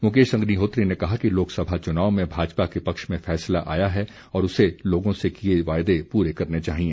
मुकेश अग्निहोत्री ने कहा कि लोकसभा चुनाव में भाजपा के पक्ष में फैसला आया है और उसे लोगों से किए वायदे पूरे करने चाहिए